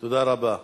תודה רבה.